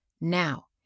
Now